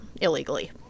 illegally